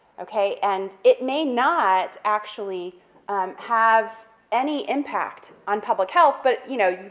okay, and it may not actually have any impact on public health, but, you know,